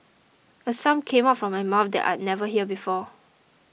a sound came out of my mouth that I'd never heard before